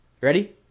Ready